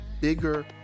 bigger